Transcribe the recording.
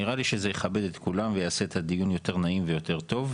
נראה לי שזה יכבד את כולם ויעשה את הדיון יותר נעים ויותר טוב.